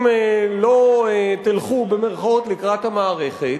אם לא "תלכו לקראת" המערכת,